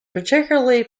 particularly